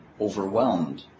overwhelmed